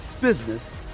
business